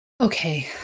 Okay